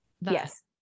Yes